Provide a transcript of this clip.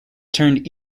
turned